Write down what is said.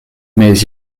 mais